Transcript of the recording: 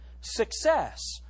success